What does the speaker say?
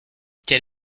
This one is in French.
quel